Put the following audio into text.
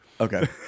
Okay